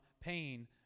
pain